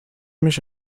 mich